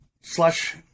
slash